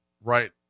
Right